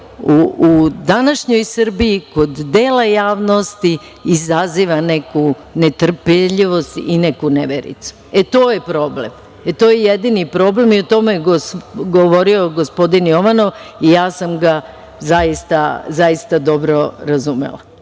u današnjoj Srbiji kod dela javnosti izaziva neku netrpeljivost i neku nevericu. To je problem. To je jedini problem i o tome je govorio gospodin Jovanov i ja sam ga zaista dobro razumela.